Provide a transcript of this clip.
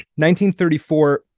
1934